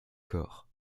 corps